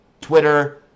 Twitter